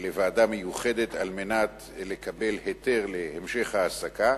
לוועדה מיוחדת לקבל היתר להמשך העסקה.